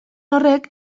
horrek